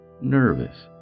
nervous